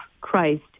christ